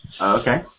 Okay